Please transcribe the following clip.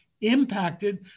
impacted